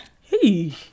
Hey